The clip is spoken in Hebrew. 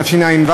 התשע"ו,